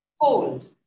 Hold